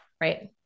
right